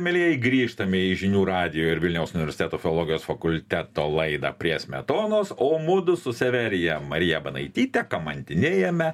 mielieji grįžtame į žinių radijo ir vilniaus universiteto filologijos fakulteto laidą prie smetonos o mudu su severija marija banaityte kamantinėjame